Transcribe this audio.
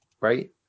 Right